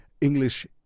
english